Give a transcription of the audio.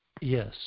Yes